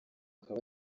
akaba